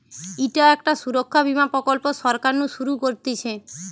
ইটা একটা সুরক্ষা বীমা প্রকল্প সরকার নু শুরু করতিছে